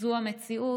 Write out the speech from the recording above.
זאת המציאות.